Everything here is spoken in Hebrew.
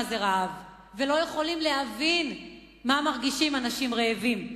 זה רעב ולא יכולים להבין מה מרגישים אנשים רעבים.